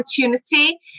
opportunity